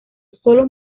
sólo